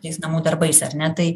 tais namų darbais ar ne tai